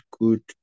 good